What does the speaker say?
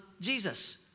Jesus